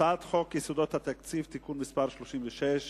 הצעת חוק יסודות התקציב (תיקון מס' 36),